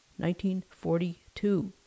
1942